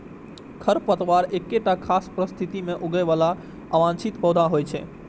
खरपतवार एकटा खास परिस्थिति मे उगय बला अवांछित पौधा होइ छै